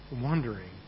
wondering